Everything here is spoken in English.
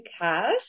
Cash